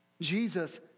Jesus